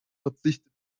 verzichtet